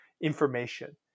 information